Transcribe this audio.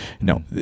No